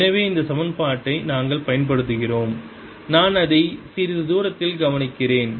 எனவே இந்த சமன்பாட்டை நாங்கள் பயன்படுத்துகிறோம் நான் அதை சிறிது தூரத்தில் கவனிக்கிறேன்